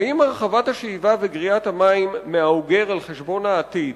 האם הרחבת השאיבה וגריעת המים מהאוגר על חשבון העתיד,